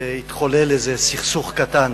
התחולל איזה סכסוך קטן